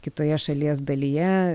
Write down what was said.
kitoje šalies dalyje